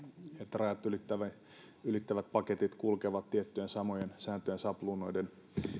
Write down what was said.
rajat ylittävät paketit kulkevat tiettyjen samojen sääntöjen ja sapluunoiden